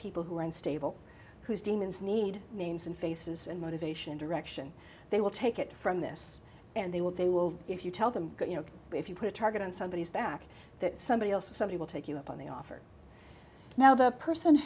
people who are unstable whose demons need names and faces and motivation direction they will take it from this and they will they will if you tell them you know if you put a target on somebody back that somebody else somebody will take you up on the offer now the person